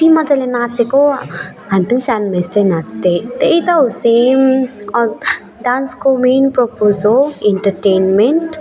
कति मजाले नाँचेको हामी पनि सानोमा यस्तै नाँच्थेँ त्यही त हो सेम डान्सको मेन परपोज हो इन्टर्टेन्मेन्ट